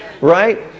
Right